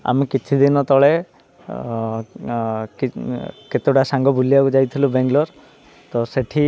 ଆମେ କିଛିଦିନ ତଳେ କେତୋଟା ସାଙ୍ଗ ବୁଲିବାକୁ ଯାଇଥିଲୁ ବାଙ୍ଗାଲୋର ତ ସେଇଠି